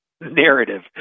narrative